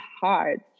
hard